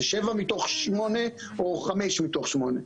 זה שבע מתוך שמונה או חמש מתוך שמונה.